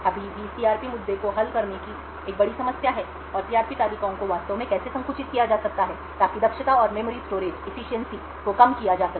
अभी भी सीआरपी मुद्दे को हल करने की एक बड़ी समस्या है और सीआरपी तालिकाओं को वास्तव में कैसे संकुचित किया जा सकता है ताकि दक्षता और मेमोरी स्टोरेज को कम किया जा सके